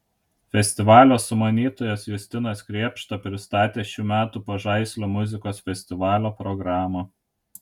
festivalio sumanytojas justinas krėpšta pristatė šių metų pažaislio muzikos festivalio programą